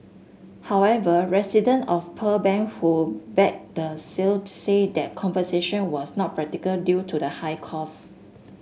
however resident of Pearl Bank who backed the sale said that conservation was not practical due to the high cost